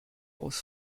aus